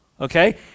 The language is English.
okay